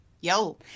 Yo